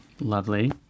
Lovely